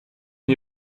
une